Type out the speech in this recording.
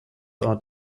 art